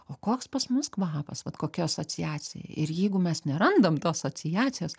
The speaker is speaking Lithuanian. o koks pas mus kvapas vat kokia asociacija ir jeigu mes nerandam to asociacijos